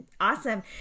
Awesome